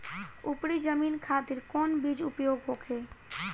उपरी जमीन खातिर कौन बीज उपयोग होखे?